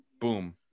boom